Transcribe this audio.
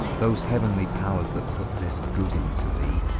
those heavenly powers that put this good into thee,